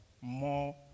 more